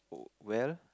well